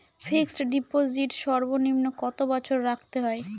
Fixed deposit সর্বনিম্ন কত বছর রাখতে হয়?